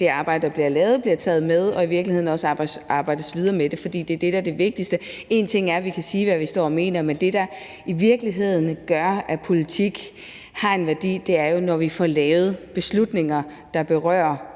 det arbejde, der bliver lavet, bliver taget med, og der i virkeligheden også arbejdes videre med det, fordi det er det, der er det vigtigste. En ting er, at vi kan sige, hvad vi mener, men det, der i virkeligheden gør, at politik har en værdi, er jo, at vi får lavet beslutninger, der berører virkelige